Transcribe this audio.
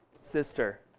sister